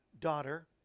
daughter